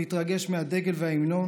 להתרגש מהדגל וההמנון,